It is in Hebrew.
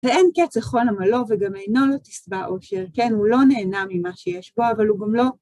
ואין קץ לכל עמלו וגם עינו לא תשבע עושר, כן, הוא לא נהנה ממה שיש בו, אבל הוא גם לא...